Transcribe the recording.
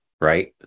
right